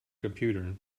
computer